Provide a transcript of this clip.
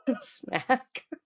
snack